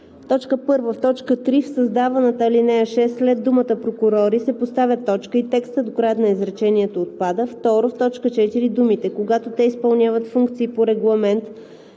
„1. В т. 3 в създаваната ал. 6 след думата „прокурори“ се поставя точка и текстът до края на изречението отпада. 2. В т. 4 думите „когато те изпълняват функции по Регламент